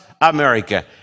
America